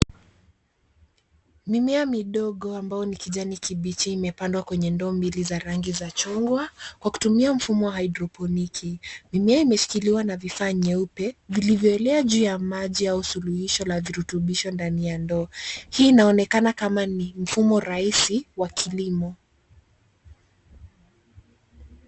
Mimea midogo ambao ni kijani kibichi imepandwa kwenye ndoo mbili za rangi za chungwa kwa kutumia mfumo wa hydroponic mimea imeshikiliwa na vifaa nyeupe vilivyo elea juu ya maji au suluhisho la virutubisho ndani ya ndoo. Hii inaonekana kama ni mfumo rahisi wa kilimo.